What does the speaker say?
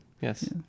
Yes